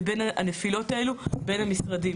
לבין הנפילות האלו בין המשרדים.